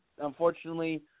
unfortunately